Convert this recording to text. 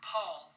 Paul